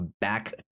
back